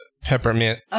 peppermint